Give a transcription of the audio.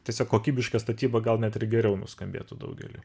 tiesiog kokybiška statyba gal net ir geriau nuskambėtų daugeliui